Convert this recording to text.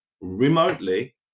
remotely